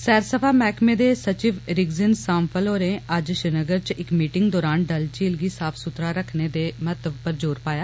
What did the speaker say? सैरसफा महकमे दे सचिव रिंगजिन सामफल होरें अज्ज श्रीनगर च इक मीटिंग दौरान डल झील गी साफ सुथरा रक्खने दे महत्व पर जोर पाया